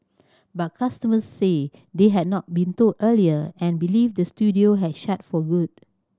but customers said they had not been told earlier and believe the studio has shut for good